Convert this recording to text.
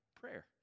prayer